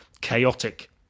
chaotic